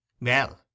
Well